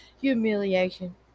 humiliation